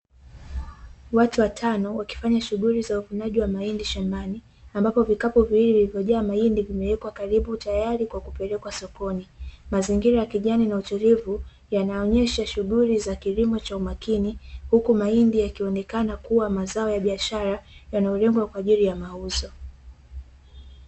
Watu watano wakifanya shughuli za uvunaji wa mahindi shambani, ambapo vikapu viwili vilivyojaa mahindi vimewekwa karibu tayari kwa kupelekwa sokoni. Mazingira ya kijani na utulivu yanaonyesha shughuli za kilimo cha umakini, huku mahindi yakionekana kuwa mazao ya biashara, yanayolengwa kwa ajili ya mauzo.